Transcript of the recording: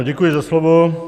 Děkuji za slovo.